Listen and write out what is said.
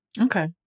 Okay